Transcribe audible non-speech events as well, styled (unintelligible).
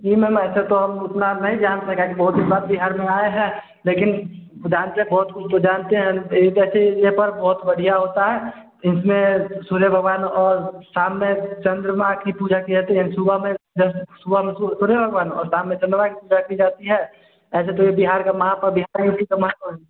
जी ma'am ऐसे तो हम उतना नहीं जानते हैं काहे कि बहुत दिन बाद बिहार में आए हैं लेकिन (unintelligible) के बहुत कुछ जानते हैं एक ऐसी ये पर्व बहुत बढ़िया होता है इसमें सूर्य भगवान और शाम में चंद्रमा की पूजा की जाती है एंड सुबह में जब सुबह में सूर्य सूर्य भगवान और शाम में चंद्रमा की पूजा की जाती है ऐसे तो ये बिहार का महा प बिहार और बिहार यू पी का महापर्व